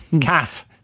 Cat